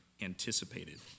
anticipated